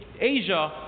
Asia